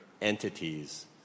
entities